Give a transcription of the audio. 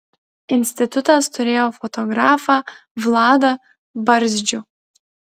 institutas turėjo fotografą vladą barzdžių